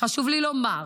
חשוב לי לומר